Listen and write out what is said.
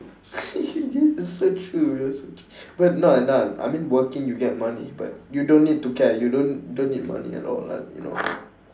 this is so true that's so true but no no I mean working you get money but you don't need to care you don't don't need money at all like you know